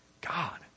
God